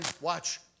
watch